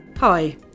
Hi